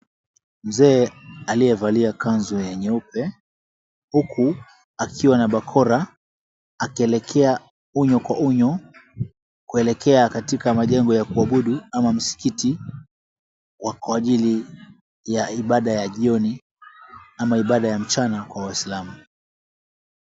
Mzee aliyevalia kanzu ya nyeupe huku akiwa na bakora akielekea unyo kwa unyo kuelekea katika majengo ya kuabudu ama msikiti wa kwa ajili ya ibada ya jioni ama ibada ya mchana kwa waislamu.